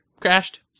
crashed